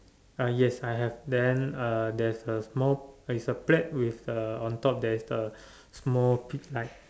uh yes I have then uh there's a small it's a plate with uh on top there's the small pi~ like